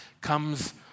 comes